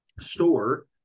store